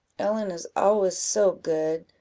ellen is always so good,